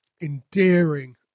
endearing